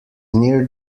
near